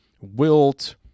Wilt